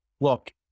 look